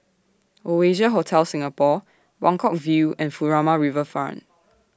Oasia Hotel Singapore Buangkok View and Furama Riverfront